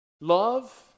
love